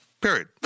Period